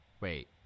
Wait